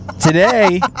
Today